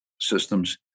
systems